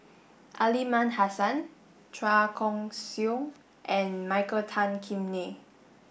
Aliman Hassan Chua Koon Siong and Michael Tan Kim Nei